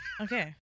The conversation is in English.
Okay